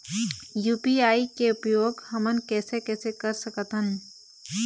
UPI के उपयोग हमन कैसे कैसे कर सकत हन?